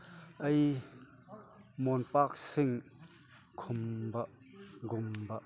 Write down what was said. ꯑꯩ ꯃꯣꯟꯄꯥꯛꯁꯤꯡ ꯈꯨꯝꯕ ꯒꯨꯝꯕ